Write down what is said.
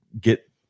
get